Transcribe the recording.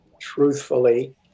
truthfully